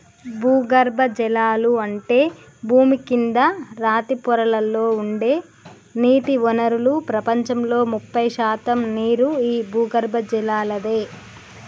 భూగర్బజలాలు అంటే భూమి కింద రాతి పొరలలో ఉండే నీటి వనరులు ప్రపంచంలో ముప్పై శాతం నీరు ఈ భూగర్బజలలాదే